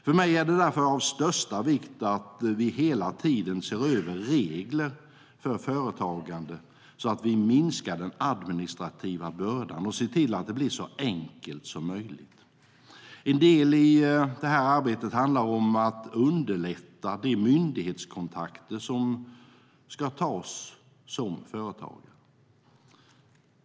För mig är det därför av största vikt att vi hela tiden ser över reglerna för företagande så att vi minskar den administrativa bördan och ser till att det blir så enkelt som möjligt. En del i detta arbete handlar om att underlätta de myndighetskontakter som företagare ska ta.